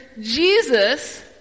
Jesus